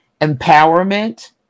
Empowerment